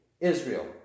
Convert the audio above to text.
Israel